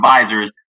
advisors